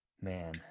Man